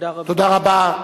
תודה רבה.